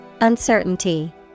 Uncertainty